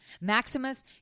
Maximus